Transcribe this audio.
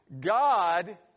...God